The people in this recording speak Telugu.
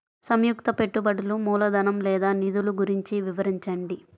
సంయుక్త పెట్టుబడులు మూలధనం లేదా నిధులు గురించి వివరించండి?